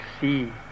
see